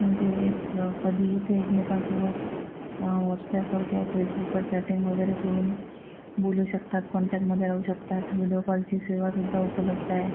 म्हणजे कधी इथे एकमेकांसोबत वॉट्सअॅपवर किंवा फेसबुकवर चॅटिंग वगैरे करून बोलू शकतात कॉँटॅक्टमध्ये राहू शकतात विडियो कॉलची सेवासुद्धा उपलब्ध आहे